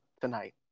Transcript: tonight